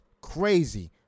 crazy